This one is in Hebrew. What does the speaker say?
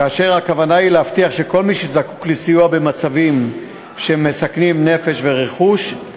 כאשר הכוונה היא להבטיח שכל מי שזקוק לסיוע במצבים שמסכנים נפש ורכוש,